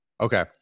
Okay